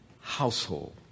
household